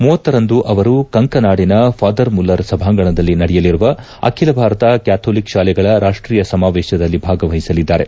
ತಾರೀಖಿನಂದು ಅವರು ಕಂಕನಾಡಿಯ ಫಾದರ್ಮುಲ್ಲರ್ ಸಭಾಂಗಣದಲ್ಲಿ ನಡೆಯಲಿರುವ ಅಖಿಲ ಭಾರತ ಕ್ಲಾಥೋಲಿಕ್ ಶಾಲೆಗಳ ರಾಷ್ಷೀಯ ಸಮಾವೇಶದಲ್ಲಿ ಭಾಗವಹಿಸಲಿದ್ದಾರೆ